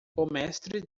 mestre